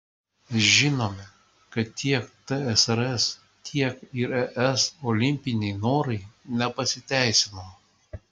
žinome kad tiek tsrs tiek ir es olimpiniai norai nepasiteisino